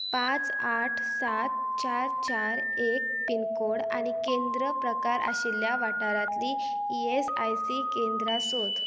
पांच आठ सात चार चार एक पिनकोड आनी केंद्र प्रकार आशिल्ल्या वाठारांतली ई एस आय सी केंद्रां सोद